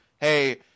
hey